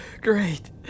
great